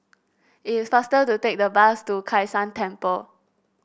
it is faster to take the bus to Kai San Temple